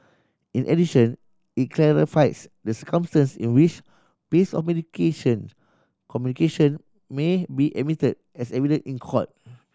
in addition it clarifies the circumstances in which piece of mediation communication may be admitted as evidence in court